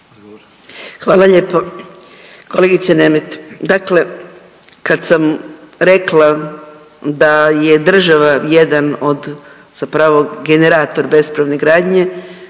Hvala lijepo. Kolegice Nemet, dakle kad sam rekla da je država jedan od, zapravo generator bespravne gradnje